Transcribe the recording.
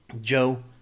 Joe